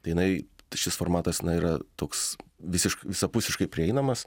tai jinai šis formatas na yra toks visiš visapusiškai prieinamas